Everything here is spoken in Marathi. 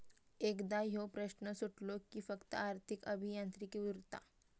एकदा ह्यो प्रश्न सुटलो कि फक्त आर्थिक अभियांत्रिकी उरता